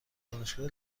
دانشگاه